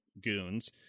goons